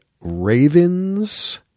Ravens